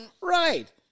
right